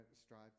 strive